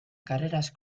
carreras